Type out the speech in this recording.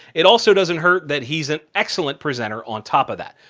it also doesn't hurt that he's an excellent presenter on top of that.